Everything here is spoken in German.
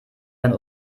dann